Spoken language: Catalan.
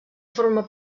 forma